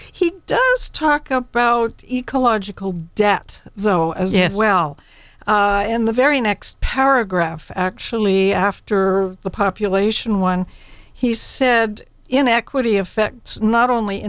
he does talk about ecological debt though as well in the very next paragraph actually after the population one he said in equity affects not only